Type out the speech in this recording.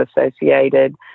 associated